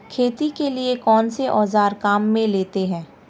खेती के लिए कौनसे औज़ार काम में लेते हैं?